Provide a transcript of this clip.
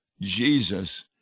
Jesus